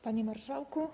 Panie Marszałku!